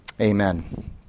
Amen